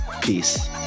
Peace